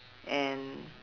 and